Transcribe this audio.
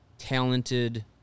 talented